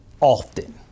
often